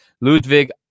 Ludwig